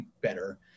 better